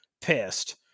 pissed